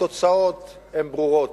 התוצאות ברורות.